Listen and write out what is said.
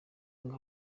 ngo